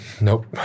Nope